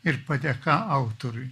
ir padėka autoriui